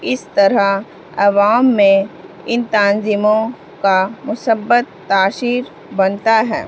اس طرح عوام میں ان تنظیموں کا مثبت تاثر بنتا ہے